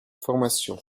formation